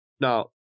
Now